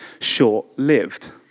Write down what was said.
short-lived